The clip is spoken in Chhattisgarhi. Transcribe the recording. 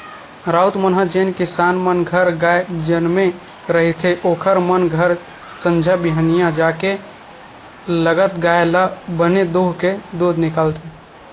राउत मन ह जेन किसान मन घर गाय जनमे रहिथे ओखर मन घर संझा बिहनियां जाके लगत गाय ल बने दूहूँके दूद निकालथे